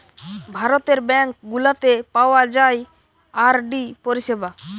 ভারতের ব্যাঙ্ক গুলাতে পাওয়া যায় আর.ডি পরিষেবা